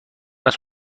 است